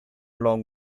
along